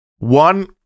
one